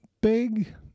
big